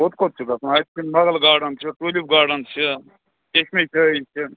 کوٚت کوٚت چھُ گژھُن اَسہِ مغل گاڈن چھُ ٹوٗلِپ گاڈَن چھِ چشمہ شٲہی چھِ